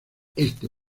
este